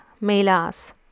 Melas